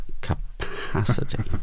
capacity